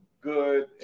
good